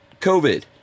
COVID